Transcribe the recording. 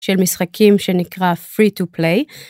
של משחקים שנקרא free to play.